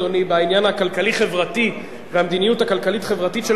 בעניין הכלכלי-חברתי והמדיניות הכלכלית-חברתית של הממשלה,